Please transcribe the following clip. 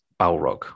balrog